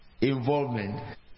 involvement